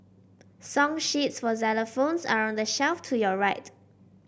song sheets for xylophones are on the shelf to your right